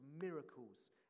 miracles